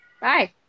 bye